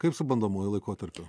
kaip su bandomuoju laikotarpiu